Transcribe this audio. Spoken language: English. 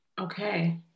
okay